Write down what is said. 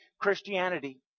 Christianity